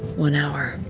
one hour.